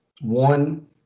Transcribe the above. One